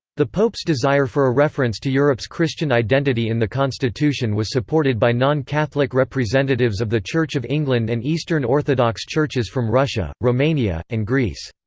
the pope's desire for a reference to europe's christian identity in the constitution was supported by non-catholic representatives of the church of england and eastern orthodox churches from russia, romania, and greece.